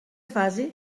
fase